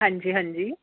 ਹਾਂਜੀ ਹਾਂਜੀ